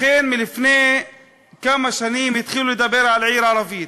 לכן לפני כמה שנים התחילו לדבר על עיר ערבית.